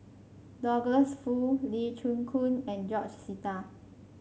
Douglas Foo Lee Chin Koon and George Sita